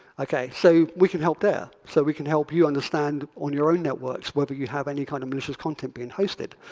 so we can help there. so we can help you understand on your own networks whether you have any kind of malicious content being hosted.